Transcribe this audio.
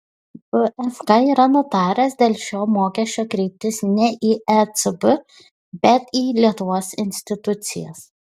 bfk yra nutaręs dėl šio mokesčio kreiptis ne į ecb bet į lietuvos institucijas